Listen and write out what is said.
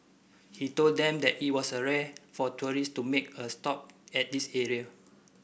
he told them that it was rare for tourist to make a stop at this area